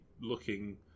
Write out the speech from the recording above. looking